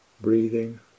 breathing